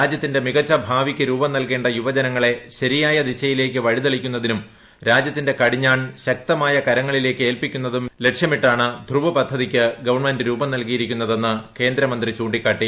രാജ്യത്തിന്റെ മികച്ച ഭാവിയ്ക്ക് രൂപം നൽകേണ്ട യുവജനങ്ങളെ ശരിയായ ദിശയിലേക്ക് വഴിതെളിക്കുന്നതിനും രാജ്യത്തിന്റെ കടിഞ്ഞാൺ ശക്തമായ കരങ്ങളിലേയ്ക്ക് ഏൽപ്പിക്കുന്നതും ലക്ഷ്യമിട്ടാണ് ധ്രുവ് പദ്ധതിയ്ക്ക് ഗവൺമെന്റ് രൂപം നൽകിയിരിക്കുന്നതെന്ന് കേന്ദ്രമന്ത്രി ചൂണ്ടിക്കാട്ടി